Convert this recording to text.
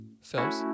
films